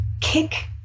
kick